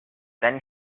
then